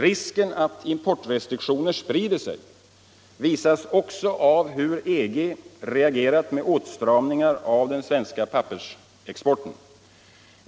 Risken att importrestriktioner sprider sig visas också av att EG reagerat med åtstramningar av den svenska pappersexporten.